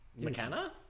McKenna